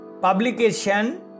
publication